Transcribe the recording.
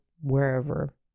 wherever